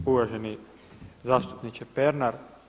Uvaženi zastupniče Pernar.